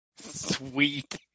Sweet